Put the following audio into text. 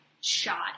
shot